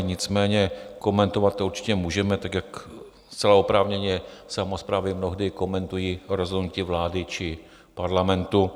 Nicméně komentovat to určitě můžeme, tak jak zcela oprávněně samosprávy mnohdy komentují rozhodnutí vlády či parlamentu.